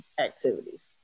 activities